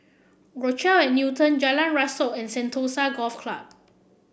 Rochelle at Newton Jalan Rasok and Sentosa Golf Club